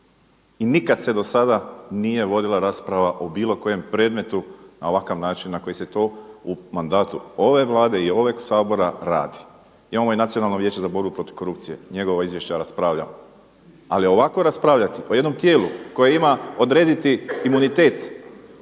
i nikad se do sada nije vodila rasprava o bilo kojem predmetu na ovakav način na koji se to u mandatu ove Vlade i ovog Sabora radi. Imamo i Nacionalno vijeće za borbu protiv korupcije, njegova izvješća raspravljamo. Ali ovako raspravljati o jednom tijelu koje ima odrediti imunitet